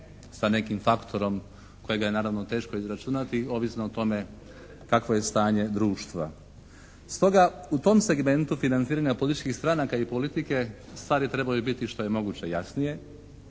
sa nekim faktorom kojega je naravno teško izračunati, ovisno o tome kakvo je stanje društva. Stoga u tom segmentu financiranja političkih stranaka i politike stvari trebaju biti što je moguće jasnije.